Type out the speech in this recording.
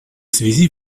связи